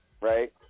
right